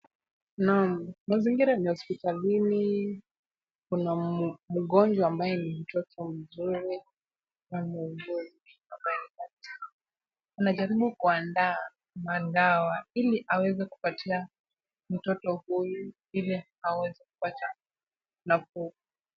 Naam, mazingira ni ya hospitalini kuna mgonjwa ambaye ni mtoto mchanga na muuguzi ambaye ni daktari, anajaribu kuandaa madawa ili aweze kupatia mtoto huyu ili aweze kupata nafuu.